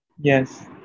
Yes